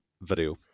video